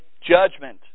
judgment